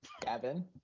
Gavin